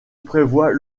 prévoit